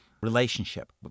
relationship